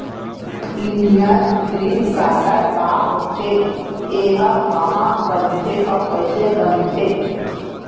Union green card का होथे, एहा कहाँ बनथे अऊ कइसे बनथे?